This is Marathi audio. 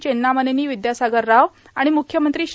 चेव्जामनेनी विद्यासागर राव आणि मुख्यमंत्री श्री